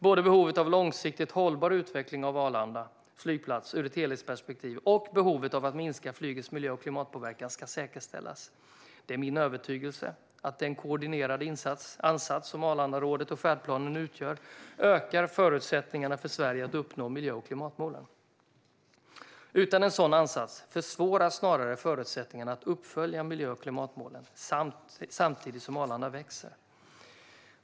Både behovet av en långsiktigt hållbar utveckling av Arlanda flygplats ur ett helhetsperspektiv och behovet av att minska flygets miljö och klimatpåverkan ska säkerställas. Det är min övertygelse att den koordinerande ansats som Arlandarådet och färdplanen utgör ökar förutsättningarna för Sverige att uppnå klimat och miljömålen. Utan en sådan ansats försvåras snarare förutsättningarna att uppfylla miljö och klimatmålen samtidigt som Arlanda växer.